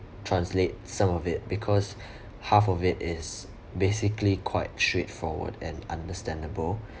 translate some of it because half of it is basically quite straight forward and understandable